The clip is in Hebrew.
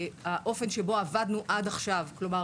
שהאופן שבו עבדנו עד עכשיו כלומר,